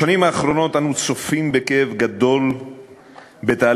בשנים האחרונות אנו צופים בכאב גדול בתהליך